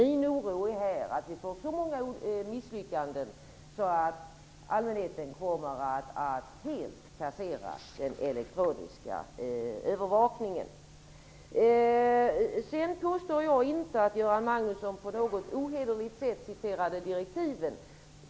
Min oro är att det blir så många misslyckanden att allmänheten kommer att helt kassera den elektroniska övervakningen. Sedan har jag inte påstått att Göran Magnusson på något ohederligt sätt citerade direktiven.